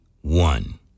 one